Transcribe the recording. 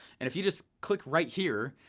and if you just click right here,